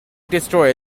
destroy